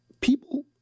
people